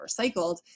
recycled